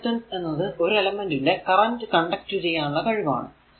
conductance എന്നത് ഒരു എലെമെന്റിന്റെ കറന്റ് കണ്ടക്ട് ചെയ്യാനുള്ള കഴിവാണ്